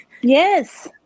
yes